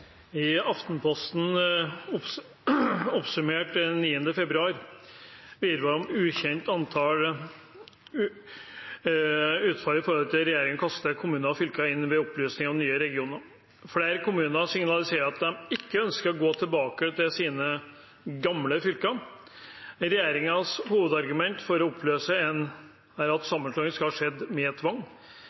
å hindra. «Aftenposten oppsummerte 9. februar virvaret av ukjente utfall regjeringen kaster kommunene og fylkene inn i ved oppløsningen av de nye regionene. Flere kommuner signaliserer at de ikke ønsker å gå tilbake til sine gamle fylker. Regjeringens hovedargument for å oppløse er at sammenslåingene skal ha skjedd med tvang.